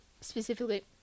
specifically